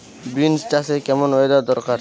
Beans চাষে কেমন weather দরকার?